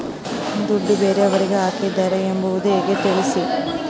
ದುಡ್ಡು ಬೇರೆಯವರಿಗೆ ಹಾಕಿದ್ದಾರೆ ಎಂಬುದು ಹೇಗೆ ತಿಳಿಸಿ?